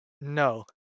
No